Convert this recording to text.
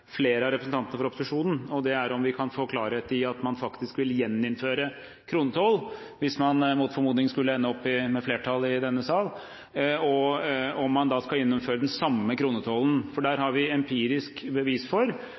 flere av representantene fra opposisjonen. Det er om vi kan få klarhet i om man faktisk vil gjeninnføre kronetoll – hvis man mot formodning skulle ende opp med flertall i denne sal – og om man da skal gjeninnføre den samme kronetollen, for der har vi empirisk bevis for